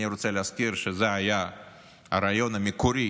אני רוצה להזכיר שזה היה הרעיון המקורי